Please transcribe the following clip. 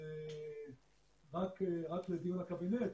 רק לדיון הקבינט.